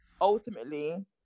ultimately